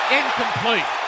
incomplete